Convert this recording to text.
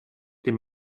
dem